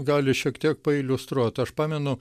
gali šiek tiek pailiustruot aš pamenu